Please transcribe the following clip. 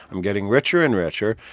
i'm getting richer and richer,